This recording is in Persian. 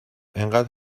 اینقد